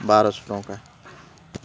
ବାରଶହ ଟଙ୍କା